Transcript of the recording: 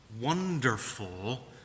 wonderful